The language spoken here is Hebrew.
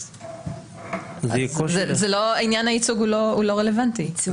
אז עניין הייצוג הוא לא רלוונטי.